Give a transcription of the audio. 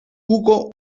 hugo